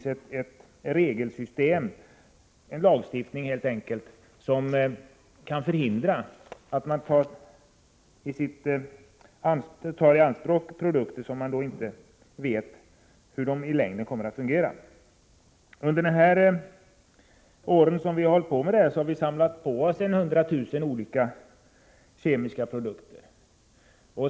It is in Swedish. Det gäller också att ha en lagstiftning som kan förhindra att vi tar i anspråk produkter som vi inte vet hur de i längden kommer att fungera. Under de år som vi hållit på med denna hantering har vi samlat på oss ca 100 000 olika kemiska produkter.